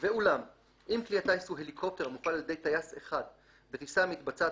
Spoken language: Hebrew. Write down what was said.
"ואולם אם כלי הטיס הוא הליקופטר המופעל על ידי טייס אחד בטיסה המתבצעת